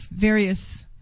various